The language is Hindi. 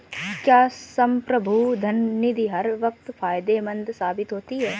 क्या संप्रभु धन निधि हर वक्त फायदेमंद साबित होती है?